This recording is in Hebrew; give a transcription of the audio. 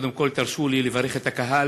קודם כול תרשו לי לברך את הקהל,